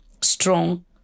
strong